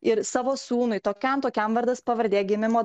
ir savo sūnui tokiam tokiam vardas pavardė gimimo